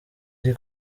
iri